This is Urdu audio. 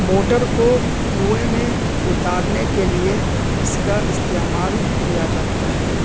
موٹر کو کنویں میں اتارنے کے لیے اس کا استعمال کیا جاتا ہے